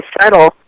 settle